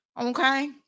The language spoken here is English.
Okay